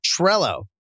Trello